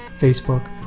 Facebook